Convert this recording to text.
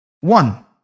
One